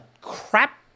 crap